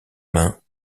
mains